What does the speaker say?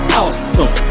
awesome